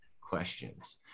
questions